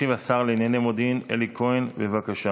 ישיב השר לענייני מודיעין אלי כהן, בבקשה.